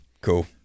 Cool